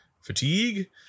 fatigue